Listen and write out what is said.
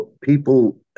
people